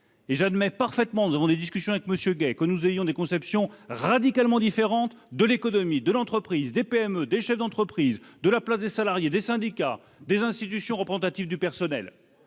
J'admets parfaitement que, dans nos discussions, M. Gay et moi-même ayons des conceptions radicalement différentes de l'économie, de l'entreprise, des PME, des chefs d'entreprise, de la place des salariés, des syndicats, des instances représentatives du personnel.